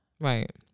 Right